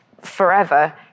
forever